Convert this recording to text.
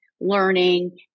learning